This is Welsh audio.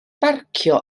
barcio